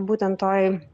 būten toj